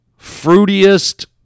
fruitiest